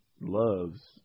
loves